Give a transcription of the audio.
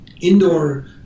indoor